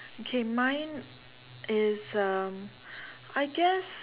okay mine is um I guess